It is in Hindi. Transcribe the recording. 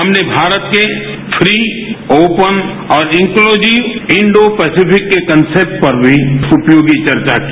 हमने भारत के फ्री ओपन और इंक्लूजिय इंडो पेसिफिक के कॉन्सेप्ट पर भी उपयोगी चर्चा की